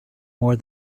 more